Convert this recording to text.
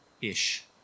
Ish